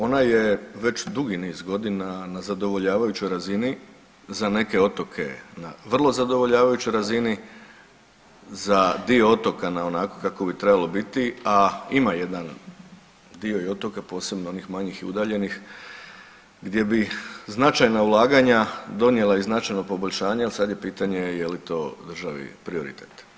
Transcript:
Ona je već dugi niz godina na zadovoljavajućoj razini, za neke otoke na vrlo zadovoljavajućoj razini, za dio otoka na onako kako bi trebalo biti, a ima jedan dio i otoka posebno onih manjih i udaljenih gdje bi značajna ulaganja donijela i značajno poboljšanje, al sad je pitanje je li to državi prioritet.